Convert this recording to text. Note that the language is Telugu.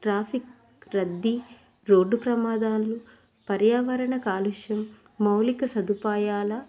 ట్రాఫిక్ రద్దీ రోడ్డు ప్రమాదాలు పర్యావరణ కాలుష్యం మౌలిక సదుపాయాల